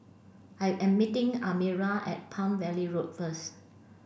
I am meeting Almira at Palm Valley Road first